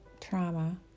trauma